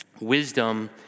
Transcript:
Wisdom